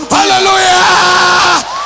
hallelujah